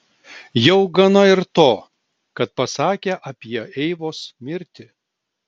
jau gana ir to kad pasakė apie eivos mirtį